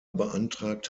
beantragt